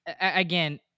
again